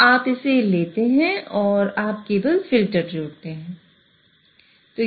तो आप इसे लेते हैं और आप केवल फ़िल्टर जोड़ते हैं